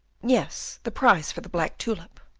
yes, the prize for the black tulip.